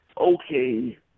okay